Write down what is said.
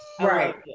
right